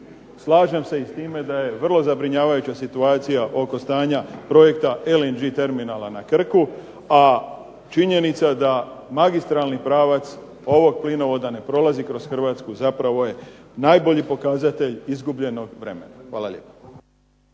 Slažem se i s time da je vrlo zabrinjavajuća situacija oko stanja projekta LNG terminala na Krku, a činjenica da magistralni pravac ovog plinovoda ne prolazi kroz Hrvatsku zapravo je najbolji pokazatelj izgubljenog vremena. Hvala lijepo.